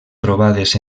trobades